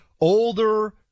older